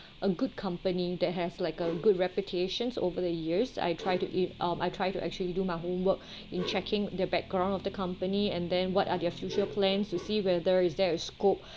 a good company that has like a good reputation over the years I try to in um I try to actually do my homework in checking the background of the company and then what are their future plans to see whether is there a scope